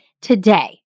Today